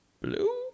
Blue